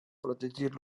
protegir